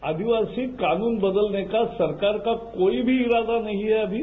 आदिवासी कानून बदलने का सरकार कोई भी इरादा नहीं है अभी